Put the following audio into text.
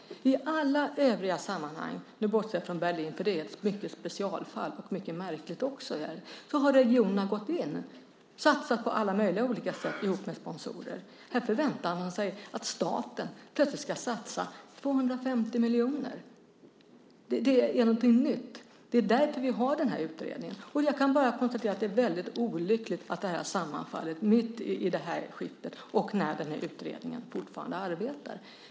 I alla övriga sammanhang - nu bortser jag från Berlin, för det är ett specialfall som är mycket märkligt - har regionerna gått in och satsat på alla möjliga olika sätt ihop med sponsorer. Här förväntar man sig att staten plötsligt ska satsa 250 miljoner kronor. Det är något nytt. Det är därför vi har den här utredningen. Jag kan bara konstatera att det är väldigt olyckligt att detta har sammanfallit med det här skiftet och kommit när utredningen fortfarande arbetar.